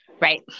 Right